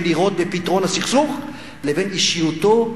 לראות בפתרון הסכסוך לבין אישיותו הבעייתית,